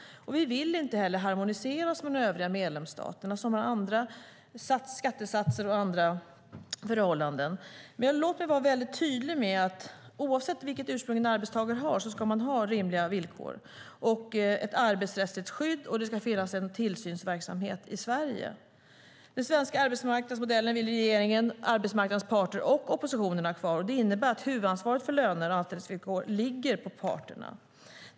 Vi vill inte heller harmonisera oss med de övriga medlemsstaterna som har andra skattesatser och andra förhållanden. Låt mig vara tydlig med att oavsett vilket ursprung en arbetstagare har ska man ha rimliga villkor och ett arbetsrättsligt skydd, och det ska finnas en tillsynsverksamhet i Sverige. Den svenska arbetsmarknadsmodellen vill regeringen, arbetsmarknadens parter och oppositionen ha kvar. Det innebär att huvudansvaret för löner och avtalsvillkor ligger på parterna.